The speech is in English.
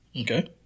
Okay